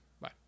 Bye